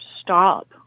stop